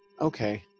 okay